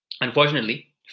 unfortunately